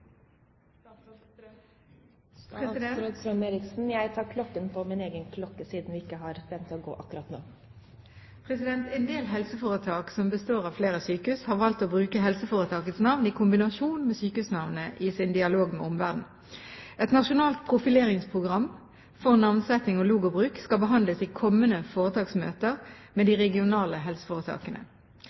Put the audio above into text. En del helseforetak som består av flere sykehus, har valgt å bruke helseforetakets navn i kombinasjon med sykehusnavnet i sin dialog med omverdenen. Et nasjonalt profileringsprogram for navnsetting og logobruk skal behandles i kommende foretaksmøter med de regionale helseforetakene.